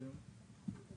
לא, אני לא חושב שזה הכלי,